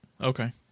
Okay